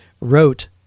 wrote